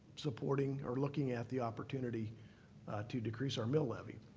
supporting or looking at the opportunity to decrease our mill levy,